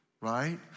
right